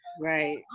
Right